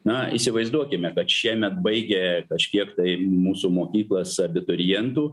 na įsivaizduokime kad šiemet baigė kažkiek tai mūsų mokyklas abiturientų